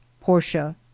portia